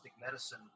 medicine